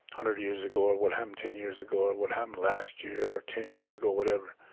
hundred years ago or what happened ten years ago or what happened last year or ten years ago, whatever.